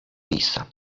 miejsca